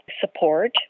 support